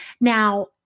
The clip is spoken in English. Now